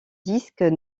disques